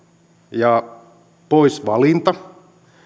ja poisvalinta